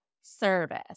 service